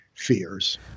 fears